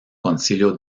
concilio